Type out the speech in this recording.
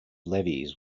levees